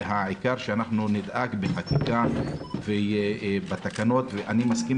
והעיקר שאנחנו נדאג בחקיקה ובתקנות ואני מסכים